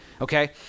okay